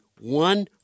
one